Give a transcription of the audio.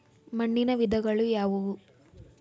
ಮಣ್ಣಿನ ವಿಧಗಳು ಯಾವುವು?